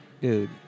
Dude